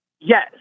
Yes